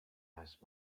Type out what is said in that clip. asked